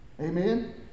Amen